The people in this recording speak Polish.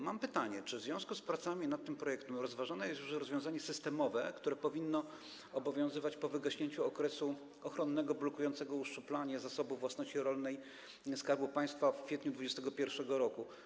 Mam pytanie: Czy w związku z pracami nad tym projektem rozważane jest już rozwiązanie systemowe, które powinno obowiązywać po wygaśnięciu okresu ochronnego blokującego uszczuplanie Zasobu Własności Rolnej Skarbu Państwa w kwietniu 2021 r.